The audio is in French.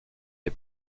des